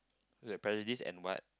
you at paradise and what